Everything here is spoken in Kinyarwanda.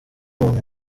umuntu